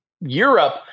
Europe